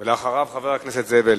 אחריו, חבר הכנסת זאב אלקין.